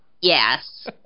Yes